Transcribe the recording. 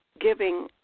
giving